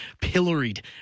pilloried